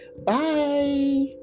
Bye